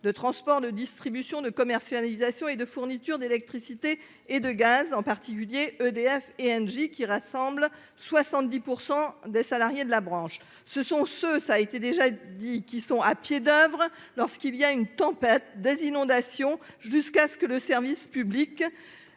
de transport, de distribution, de commercialisation et de fourniture d'électricité et de gaz, en particulier EDF et Engie, qui rassemblent 70 % des salariés de la branche. Ce sont ceux qui sont à pied d'oeuvre lorsqu'il y a une tempête ou des inondations, jusqu'à ce que le service public